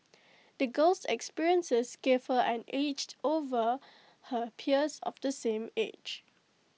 the girl's experiences gave her an edged over her peers of the same age